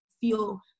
feel